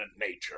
nature